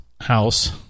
house